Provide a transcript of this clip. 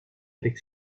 avec